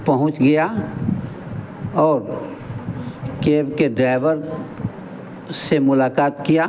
पहुँच गया और केब के ड्राईवर से मुलाक़ात किया